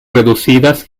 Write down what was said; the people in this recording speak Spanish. reducidas